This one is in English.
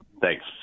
Thanks